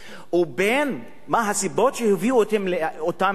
מה הסיבות שהביאו אותם לכך,